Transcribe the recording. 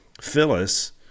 Phyllis